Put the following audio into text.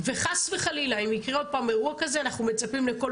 וחס וחלילה אם יקרה עוד פעם אירוע כזה אנחנו מצפים לקול